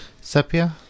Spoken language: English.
sepia